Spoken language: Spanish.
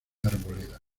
arboleda